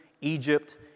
Egypt